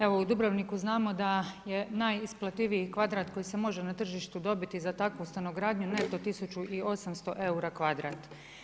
Evo, u Dubrovniku znamo da je najisplativiji kvadrat koji se može na tržištu dobiti za takvu stanogradnju neto 1800 eura kvadrat.